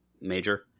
major